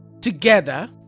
together